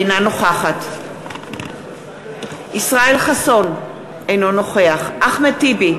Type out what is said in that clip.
אינה נוכחת ישראל חסון, אינו נוכח אחמד טיבי,